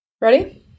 Ready